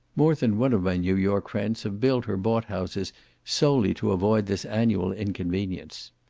more than one of my new york friends have built or bought houses solely to avoid this annual inconvenience.